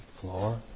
floor